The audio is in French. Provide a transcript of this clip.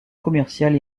commercial